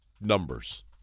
numbers